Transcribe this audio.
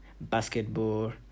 basketball